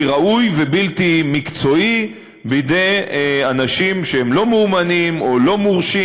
ראוי ובלתי מקצועי בידי אנשים שהם לא מאומנים או לא מורשים,